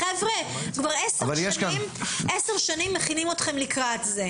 כבר 10 שנים מכינים אתכם לקראת זה.